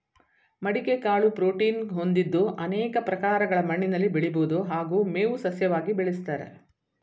ಮಡಿಕೆ ಕಾಳು ಪ್ರೋಟೀನ್ ಹೊಂದಿದ್ದು ಅನೇಕ ಪ್ರಕಾರಗಳ ಮಣ್ಣಿನಲ್ಲಿ ಬೆಳಿಬೋದು ಹಾಗೂ ಮೇವು ಸಸ್ಯವಾಗಿ ಬೆಳೆಸ್ತಾರೆ